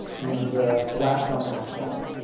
and the last domino, i call it.